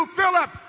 Philip